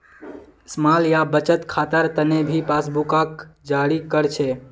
small या बचत खातार तने भी पासबुकक जारी कर छे